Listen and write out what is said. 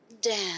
Dan